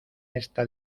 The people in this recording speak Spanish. esta